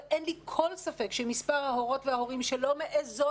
אבל אין לי כל ספק שמספר ההורות וההורים שלא מעזות